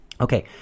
Okay